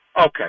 Okay